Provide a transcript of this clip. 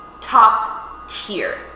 Top-tier